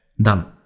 Done